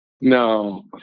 No